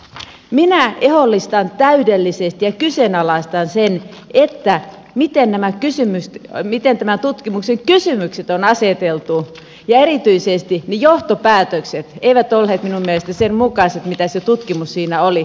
mutta minä ehdollistan täydellisesti ja kyseenalaisten sen miten tämän tutkimuksen kysymykset on aseteltu ja erityisesti ne johtopäätökset eivät olleet minun mielestäni sen mukaiset mitä se tutkimus siinä oli